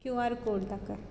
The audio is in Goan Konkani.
क्यु आर कोड ताका